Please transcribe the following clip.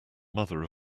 mother